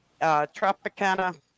Tropicana